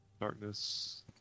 Darkness